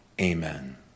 amen